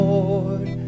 Lord